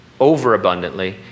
overabundantly